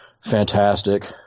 fantastic